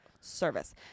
service